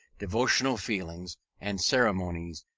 devotional feelings, and ceremonies,